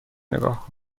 نگاه